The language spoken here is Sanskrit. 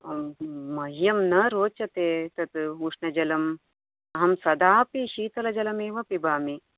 मह्यं न रोचते तत् उष्णजलम् अहं सदापि शीतलजलमेव पिबामि